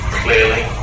clearly